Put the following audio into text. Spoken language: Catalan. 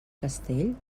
castell